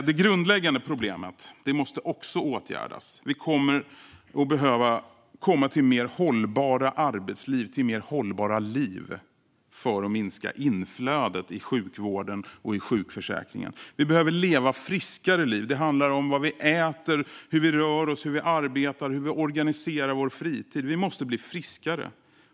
Det grundläggande problemet måste också åtgärdas. Vi behöver få mer hållbara arbetsliv och mer hållbara liv för att minska inflödet i sjukvården och i sjukförsäkringen. Vi behöver leva friskare liv. Det handlar om vad vi äter, hur vi rör oss, hur vi arbetar och hur vi organiserar vår fritid. Vi måste bli friskare.